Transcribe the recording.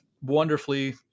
wonderfully